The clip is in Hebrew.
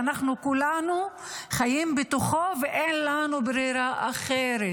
שאנחנו כולנו חיים בו ואין לנו ברירה אחרת,